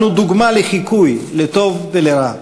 אנחנו מודל לחיקוי, לטוב ולרע.